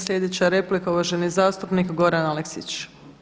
Sljedeća replika uvaženi zastupnik Goran Aleksić.